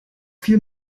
viel